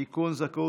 שהוצמדה.